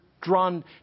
drawn